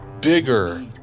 bigger